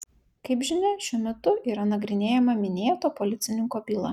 kaip žinia šiuo metu yra nagrinėjama minėto policininko byla